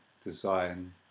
design